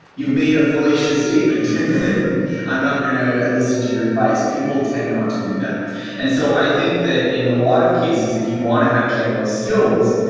you've made a fallacious statement, and then i'm not going to listen to your advice. people tend not to do that and so i think that in a lot of cases if you want to have general skills,